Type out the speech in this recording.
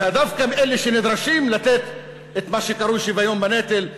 ודווקא אלה שנדרשים לתת את מה שקרוי שוויון בנטל,